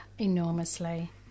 enormously